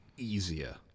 easier